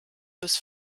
bis